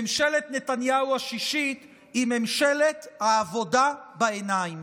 ממשלת נתניהו השישית היא ממשלת העבודה בעיניים.